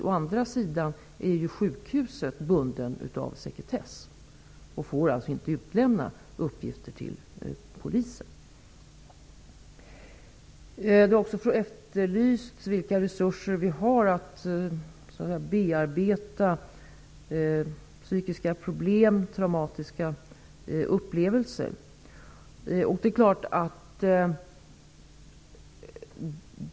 Å andra sidan är ju personalen på sjukhuset bunden av sekretess och får alltså inte utlämna uppgifter till polisen. Det har också efterlysts vilka resurser vi har när det gäller hjälp att bearbeta psykiska problem och traumatiska upplevelser.